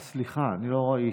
סליחה, לא ראיתי.